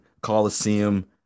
Coliseum